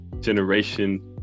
Generation